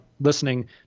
listening